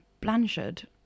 Blanchard